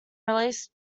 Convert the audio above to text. released